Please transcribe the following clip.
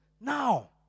now